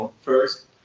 first